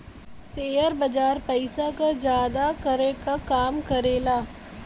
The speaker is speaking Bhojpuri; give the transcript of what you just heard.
सेयर बाजार पइसा क जादा करे क काम करेला